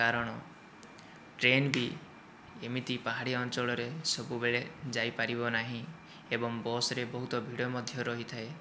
କାରଣ ଟ୍ରେନ ବି ଏମିତି ପାହାଡ଼ିଆ ଅଞ୍ଚଳରେ ସବୁବେଳେ ଯାଇପାରିବ ନାହିଁ ଏବଂ ବସ୍ରେ ବହୁତ ଭିଡ଼ ମଧ୍ୟ ରହିଥାଏ